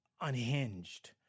unhinged